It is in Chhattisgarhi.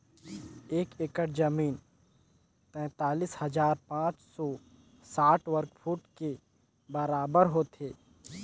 एक एकड़ जमीन तैंतालीस हजार पांच सौ साठ वर्ग फुट के बराबर होथे